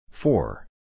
Four